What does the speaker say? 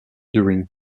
during